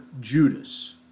Judas